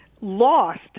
lost